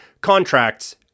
contracts